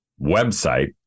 website